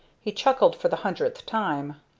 he chuckled for the hundredth time.